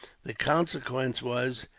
the consequence was,